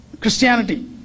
Christianity